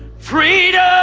freedom.